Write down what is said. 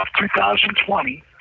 2020